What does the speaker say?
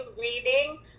reading